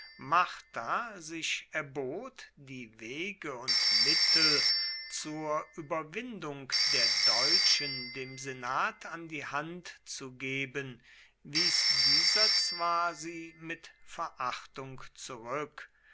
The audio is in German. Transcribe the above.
martha sich erbot die wege und mittel zur überwindung der deutschen dem senat an die hand zu geben wies dieser zwar sie mit verachtung zurück